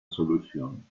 solución